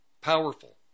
Powerful